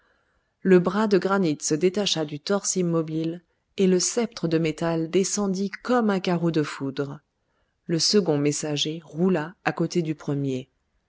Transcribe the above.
le bras de granit se détacha du torse immobile et le sceptre de métal descendit comme un carreau de foudre le second messager roula à côté du premier